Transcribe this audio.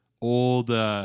old